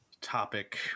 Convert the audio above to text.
topic